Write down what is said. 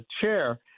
chair